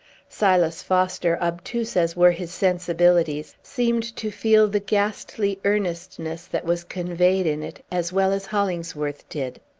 silas foster, obtuse as were his sensibilities, seemed to feel the ghastly earnestness that was conveyed in it as well as hollingsworth did.